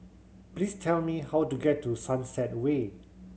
please tell me how to get to Sunset Way